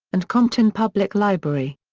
and compton public library.